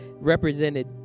represented